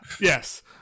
yes